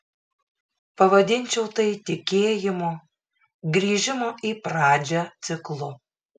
pavadinčiau tai tikėjimo grįžimo į pradžią ciklu